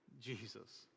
Jesus